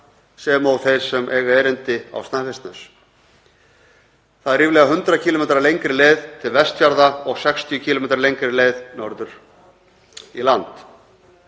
sem og þeir sem eiga erindi á Snæfellsnes. Það er ríflega 100 km lengri leið til Vestfjarða og 60 km lengri leið norður í land.